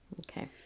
Okay